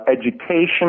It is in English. education